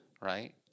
right